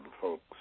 folks